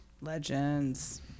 Legends